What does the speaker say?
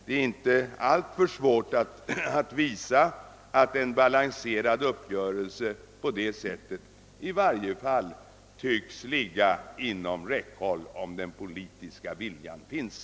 Det är inte alltför svårt att visa att en balanserad uppgörelse på detta sätt i varje fall tycks ligga inom räckhåll, om den politiska viljan finns.